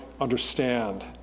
understand